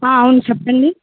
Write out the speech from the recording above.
హ అవును చెప్పండి